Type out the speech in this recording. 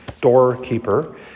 doorkeeper